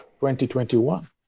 2021